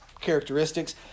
characteristics